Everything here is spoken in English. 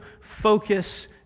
focus